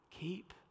keep